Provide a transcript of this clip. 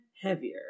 heavier